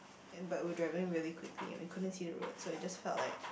and but we were driving really quickly and we couldn't see the road so it just felt like